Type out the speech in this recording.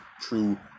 true